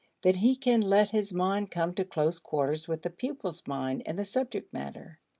that he can let his mind come to close quarters with the pupil's mind and the subject matter.